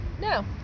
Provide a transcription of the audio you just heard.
No